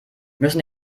müssen